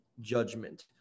judgment